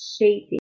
shaping